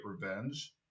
revenge